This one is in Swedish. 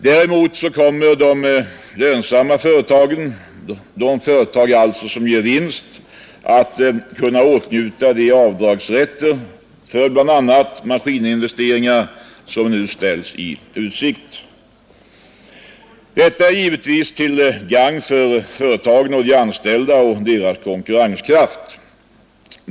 Däremot kommer de lönsamma företagen, alltså de företag som ger vinst, att kunna åtnjuta de avdragsrätter för bl.a. maskininvesteringar som nu ställs i utsikt. Detta är givetvis till gagn för företagen och deras konkurrenskraft och därmed för de anställda.